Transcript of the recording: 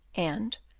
and,